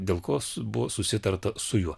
dėl ko buvo susitarta su juo